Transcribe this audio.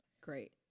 Great